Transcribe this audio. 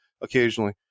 occasionally